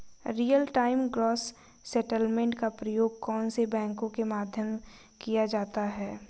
Real time gross settlement का प्रयोग कौन से बैंकों के मध्य किया जाता है?